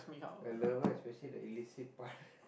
a lover especially the illicit partner